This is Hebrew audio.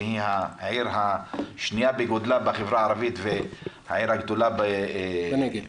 שהיא העיר השנייה בגודלה בחברה הערבית והעיר הגדולה בנגב,